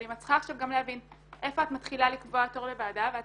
אבל אם את צריכה עכשיו גם להבין איפה את מתחילה לקבוע תור לוועדה ואת